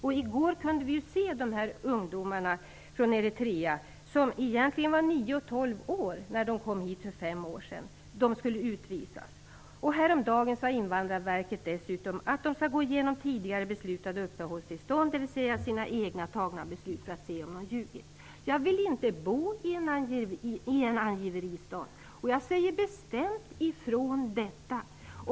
Ett exempel kunde vi se i går när ett par ungdomar från Eritrea skulle utvisas, som egentligen var nio och tolv år när de kom hit för fem år sedan. Häromdagen sade Invandrarverket dessutom att de skall gå igenom tidigare beslutade uppehållstillstånd, dvs. beslut de själva fattat, för att se om någon ljugit. Jag vill inte bo i en angiveristat! Jag säger bestämt ifrån om detta.